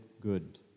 good